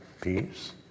peace